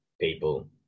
people